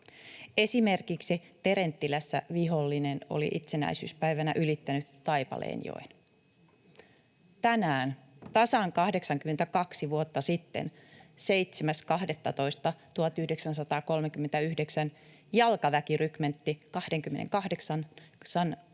Esimerkiksi Terenttilässä vihollinen oli itsenäisyyspäivänä ylittänyt Taipaleenjoen. Tänään tasan 82 vuotta sitten, 7.12.1939, Jalkaväkirykmentti 28:n